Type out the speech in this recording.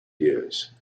use